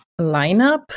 lineup